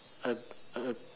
uh uh